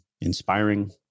inspiring